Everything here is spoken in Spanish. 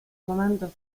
comandos